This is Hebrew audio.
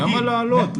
למה להעלות?